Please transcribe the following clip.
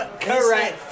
correct